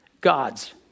gods